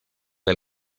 del